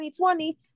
2020